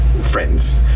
friends